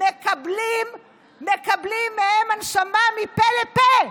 אתם מקבלים מהם הנשמה מפה לפה,